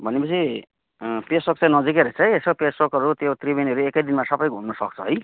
भनेपछि पेसोक चाहिँ नजिकै रहेछ है यसो पेसोकहरू त्यो त्रिवेणीहरू एकै दिनमा सबै घुम्नुसक्छ है